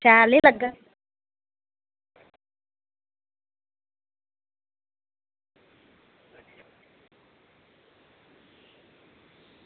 शैल ई लग्गा